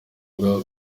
bwa